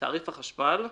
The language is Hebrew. - תעריף החשמל.